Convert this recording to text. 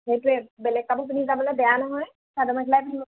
সেইটোৱে বেলেগ কাপোৰ পিন্ধি যাবলৈ বেয়া নহয় চাদৰ মেখেলাই পিন্ধিব